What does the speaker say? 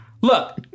Look